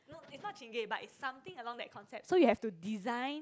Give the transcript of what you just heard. no it's not Chingay but it's along that concept so you have to design